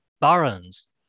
barons